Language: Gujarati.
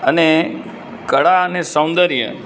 અને કળા અને સૌંદર્ય